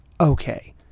okay